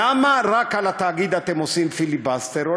למה רק על התאגיד אתם עושים פיליבסטר?